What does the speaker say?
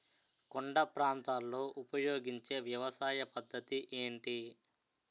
కొండ ప్రాంతాల్లో ఉపయోగించే వ్యవసాయ పద్ధతి ఏంటి?